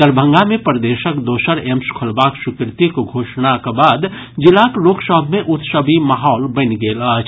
दरभंगा मे प्रदेशक दोसर एम्स खोलबाक स्वीकृतिक घोषणाक बाद जिलाक लोक सभ मे उत्सवी माहौल बनि गेल अछि